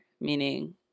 meaning